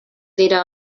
dira